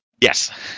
Yes